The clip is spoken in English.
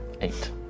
Eight